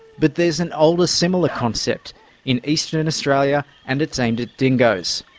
but there's an older, similar concept in eastern and australia and it's aimed at dingos.